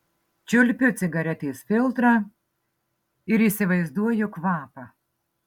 čiulpiu cigaretės filtrą ir įsivaizduoju kvapą